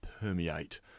permeate